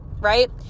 right